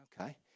okay